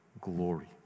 glory